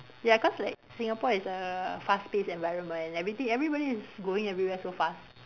ya cause like Singapore is a fast paced environment everything everybody is going everywhere so fast